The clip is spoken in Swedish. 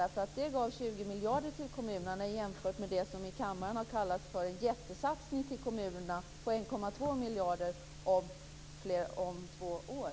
Det gav nämligen 20 miljarder till kommunerna jämfört med det som i kammaren har kallats för en jättesatsning till kommunerna, på 1,2 miljarder om två år.